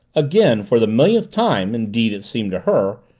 again, for the millionth time, indeed it seemed to her,